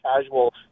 casual